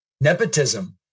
Nepotism